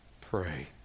Pray